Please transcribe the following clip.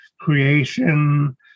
creation